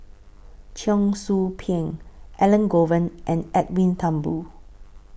Cheong Soo Pieng Elangovan and Edwin Thumboo